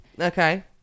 Okay